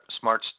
smart